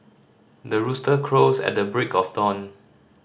the rooster crows at the break of dawn